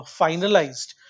finalized